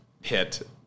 hit